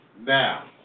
now